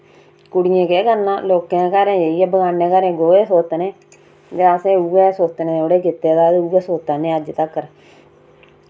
कुड़ियें केह् करना स्कूल जाइयै बगान्ने घरें गोहे सोत्तने जां अस उ'ऐ सोत्तने ओड़े हे पेदा ते उ'ऐ सोत्ता नै अज्ज तगर